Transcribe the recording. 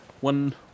one